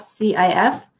CIF